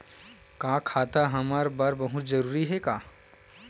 का खाता हमर बर बहुत जरूरी हे का?